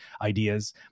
ideas